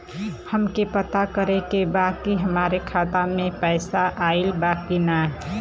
हमके पता करे के बा कि हमरे खाता में पैसा ऑइल बा कि ना?